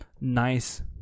nice